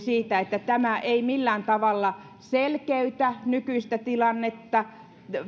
nimenomaan siitä että tämä ei millään tavalla selkeytä nykyistä tilannetta